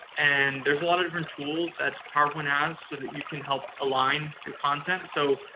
and there's a lot of different tools that powerpoint has so that you can help align your content. so,